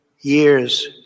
years